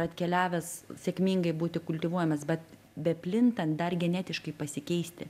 atkeliavęs sėkmingai būti kultivuojamas bet beplintant dar genetiškai pasikeisti